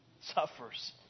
suffers